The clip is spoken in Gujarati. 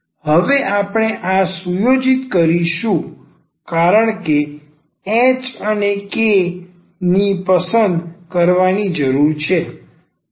હવે આપણે આ અહીં સુયોજિત કરીશું કારણ કે h અને k ની પસંદ કરવાની જરૂર છે